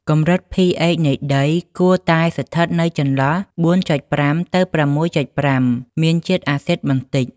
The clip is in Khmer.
កម្រិត pH នៃដីគួរតែស្ថិតនៅចន្លោះ ៤.៥ ទៅ ៦.៥ (មានជាតិអាស៊ីតបន្តិច)។